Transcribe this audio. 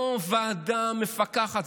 לא ועדה מפקחת.